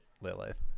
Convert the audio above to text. lilith